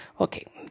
Okay